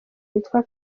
witwa